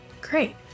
Great